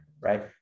right